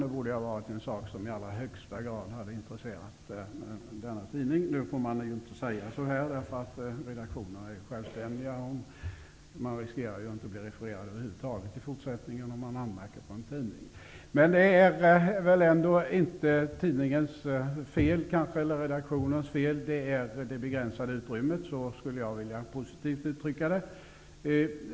Det borde ha varit en sak som i allra högsta grad intresserat denna tidning. Nu får man ju inte säga så här. Redaktionerna är ju självständiga, och om man anmärker på en tidning riskerar man att i fortsättningen inte bli refererad över huvud taget. Men det är kanske ändå inte tidningens eller redaktionens fel, utan det beror på det begränsade utrymmet. Så skulle jag positivt vilja uttrycka det.